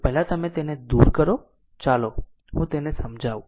પહેલા તમે તેને દૂર કરો ચાલો હું તેને સમજાવું